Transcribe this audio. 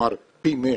כלומר פי מאה.